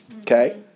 Okay